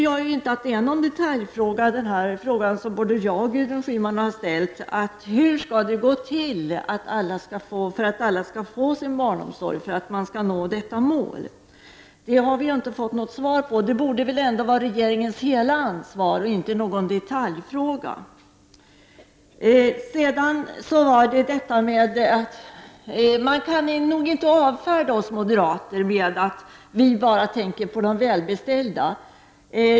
Jag menar att den fråga som både jag och Gudrun Schyman har ställt inte är någon detaljfråga. Vi har frågat hur man skall kunna uppfylla målet att ge alla tillgång till barnomsorg, men vi har inte fått något svar på den frågan. Detta borde ju ändå vara hela regeringens ansvar och inte ses som någon detaljfråga. Man kan inte avfärda oss moderater med att vi bara tänker på de välbeställda.